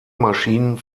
maschinen